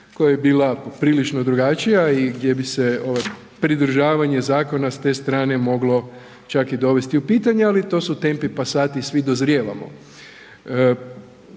koja je bila poprilično drugačija i gdje bi se ovaj pridržavanje zakona s te strane moglo čak i dovesti u pitanje, ali to su tempi passati, svi dozrijevamo.